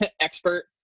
expert